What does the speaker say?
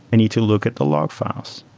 and need to look at the log files.